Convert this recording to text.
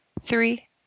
three